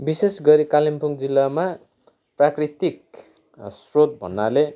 विशेष गरी कालिम्पोङ जिल्लामा प्राकृतिक स्रोत भन्नाले